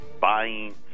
Buying